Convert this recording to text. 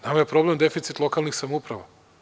Nama je problem deficit lokalnih samouprava.